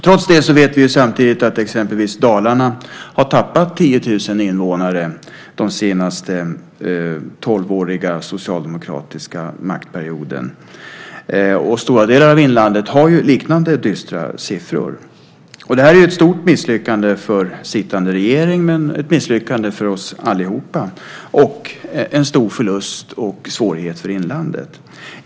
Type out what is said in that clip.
Samtidigt vet vi att exempelvis Dalarna tappat 10 000 invånare under Socialdemokraternas senaste tolv år vid makten. Stora delar av inlandet visar liknande dystra siffror. Det är ett stort misslyckande för den sittande regeringen och ett misslyckande för oss alla. Dessutom är det en stor förlust och medför svårigheter för inlandet.